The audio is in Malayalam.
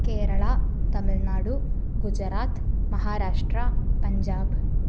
കേരള തമിഴ്നാട് ഗുജറാത്ത് മഹാരാഷ്ട്ര പഞ്ചാബ്